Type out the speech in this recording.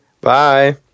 Bye